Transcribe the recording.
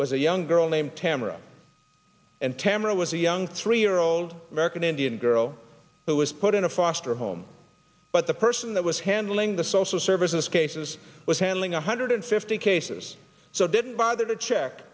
was a young girl named emira and camera was a young three year old american indian girl who was put in a foster home but the person that was handling the social services cases was handling one hundred fifty cases so didn't bother to check